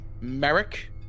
Merrick